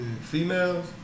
Females